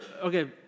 okay